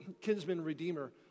kinsman-redeemer